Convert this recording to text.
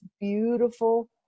beautiful